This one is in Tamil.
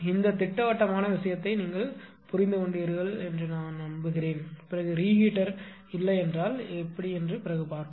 இந்த திட்டவட்டமான விஷயத்தை நீங்கள் புரிந்துகொண்டீர்கள் என்று நான் நம்புகிறேன் பிறகு ரீஹீட்டர் இல்லை என்றால் பிறகு பார்ப்போம்